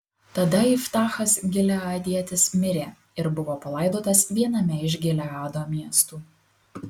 tada iftachas gileadietis mirė ir buvo palaidotas viename iš gileado miestų